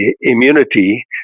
immunity